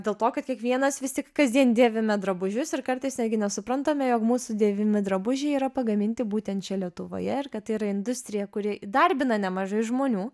dėl to kad kiekvienas vis tik kasdien dėvime drabužius ir kartais netgi nesuprantame jog mūsų dėvimi drabužiai yra pagaminti būtent čia lietuvoje ir kad tai yra industrija kuri įdarbina nemažai žmonių